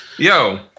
Yo